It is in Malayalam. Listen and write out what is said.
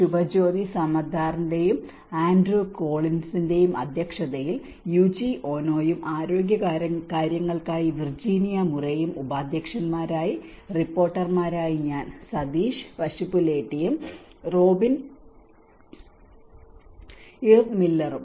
ശുഭജ്യോതി സമദാറിന്റെയും ആൻഡ്രൂ കോളിൻസിന്റെയും അധ്യക്ഷതയിൽ യുചി ഓനോയും ആരോഗ്യകാര്യങ്ങൾക്കായി വിർജീനിയ മുറെയും ഉപാധ്യക്ഷന്മാരായി റിപ്പോർട്ടർമാരായി ഞാൻ സതീഷ് പശുപുലേറ്റിയും റോബിൻ ഈവ് മില്ലറും